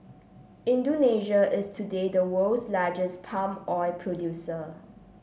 Indonesia is today the world's largest palm oil producer